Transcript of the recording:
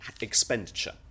expenditure